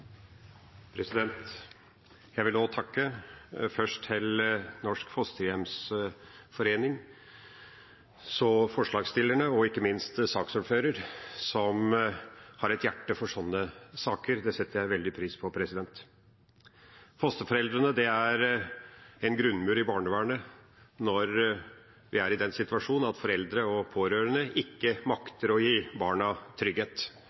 Jeg vil også takke, først Norsk Fosterhjemsforening, så forslagsstillerne, og ikke minst saksordføreren, som har et hjerte for sånne saker. Det setter jeg veldig pris på. Fosterforeldre er en grunnmur i barnevernet når vi er i den situasjonen at foreldre og pårørende ikke makter å gi barna trygghet.